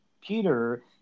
Peter